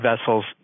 vessels